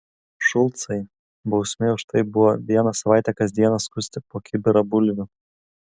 šulcai bausmė už tai buvo vieną savaitę kas dieną skusti po kibirą bulvių